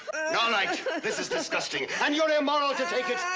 ah like this is disgusting, and you're immoral to take it.